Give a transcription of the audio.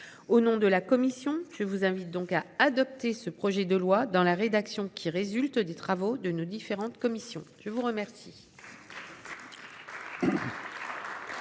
au nom de la commission, je vous invite donc à adopter ce projet de loi dans la rédaction qui résultent des travaux de nos différentes commissions. Je vous remercie.